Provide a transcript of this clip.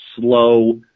slow